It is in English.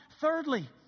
Thirdly